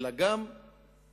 אלא גם משטרה,